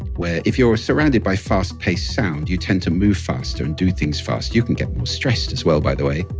where if you're surrounded by fast-paced sound, you tend to move faster, and do things faster. you can get more stressed, as well, by the way.